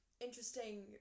interesting